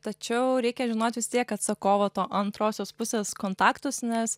tačiau reikia žinot vis tiek atsakovo to antrosios pusės kontaktus nes